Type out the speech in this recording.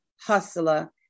hustler